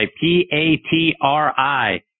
P-A-T-R-I